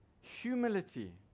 humility